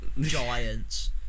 giants